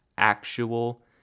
actual